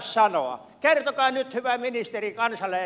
kertokaa nyt hyvä ministeri kansalle